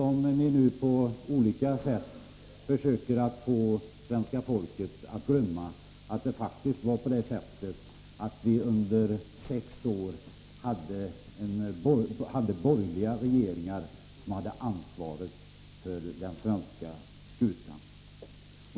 Ni försöker nu på olika sätt få svenska folket att glömma att det under sex år faktiskt var borgerliga regeringar som hade ansvaret för den svenska skutan.